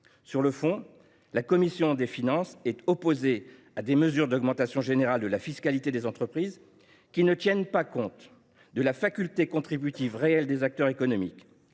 Sur le fond, la commission des finances est opposée à des mesures d’augmentation générale de la fiscalité des entreprises qui ne tiennent pas compte de la faculté contributive réelle des acteurs économiques.